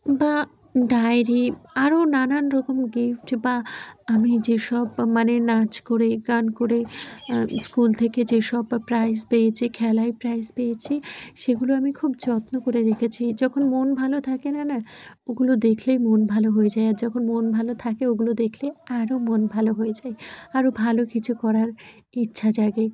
বা ডায়েরি আরও নানান রকম গিফট বা আমি যেসব বা মানে নাচ করে গান করে স্কুল থেকে যেসব প্রাইজ পেয়েছি খেলায় প্রাইজ পেয়েছি সেগুলো আমি খুব যত্ন করে রেখেছি যখন মন ভালো থাকে না না ওগুলো দেখলেই মন ভালো হয়ে যায় আর যখন মন ভালো থাকে ওগুলো দেখলে আরও মন ভালো হয়ে যায় আরও ভালো কিছু করার ইচ্ছা জাগে